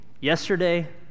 yesterday